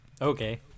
Okay